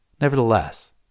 Nevertheless